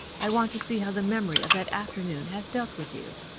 i want to see how the memory of that afternoon has dealt with you.